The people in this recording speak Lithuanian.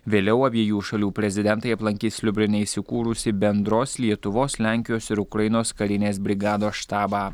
vėliau abiejų šalių prezidentai aplankys liubline įsikūrusį bendros lietuvos lenkijos ir ukrainos karinės brigados štabą